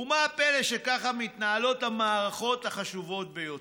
ומה הפלא שככה מתנהלות המערכות החשובות ביותר?